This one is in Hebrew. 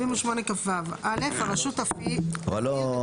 78כו. אבל לא,